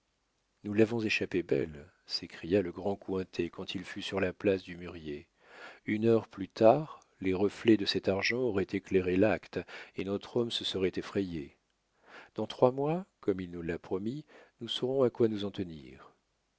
nous l'avons échappé belle s'écria le grand cointet quand il fut sur la place du mûrier une heure plus tard les reflets de cet argent auraient éclairé l'acte et notre homme se serait effrayé dans trois mois comme il nous l'a promis nous saurons à quoi nous en tenir